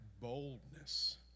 boldness